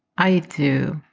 i have to.